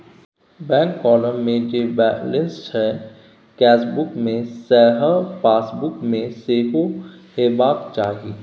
bank column मे जे balance छै केसबुक मे सैह पासबुक मे सेहो हेबाक चाही